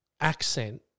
accent